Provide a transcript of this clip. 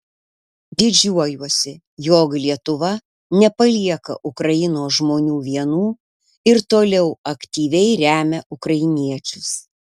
didžiuojuosi jog lietuva nepalieka ukrainos žmonių vienų ir toliau aktyviai remia ukrainiečius